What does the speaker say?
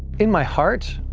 in my heart,